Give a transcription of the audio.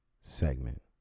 segment